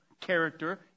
character